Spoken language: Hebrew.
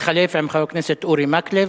התחלף עם חבר הכנסת אורי מקלב.